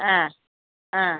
ആ ആ